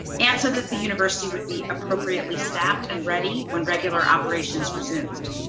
and so that the university would be appropriately staffed and ready when regular operations resumed.